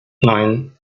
neun